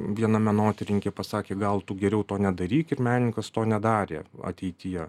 viena menotyrininkė pasakė gal tu geriau to nedarykit ir menininkas to nedarė ateityje